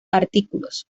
artículos